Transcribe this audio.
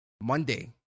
Monday